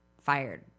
fired